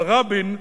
אבל רבין,